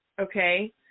Okay